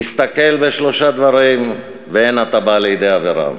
"הסתכל בשלושה דברים ואין אתה בא לידי עבירה,